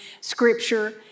Scripture